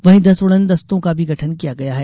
वहीं दस उड़न दस्तों का भी गठन किया गया है